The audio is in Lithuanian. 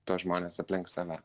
tuos žmones aplink save